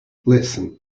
listen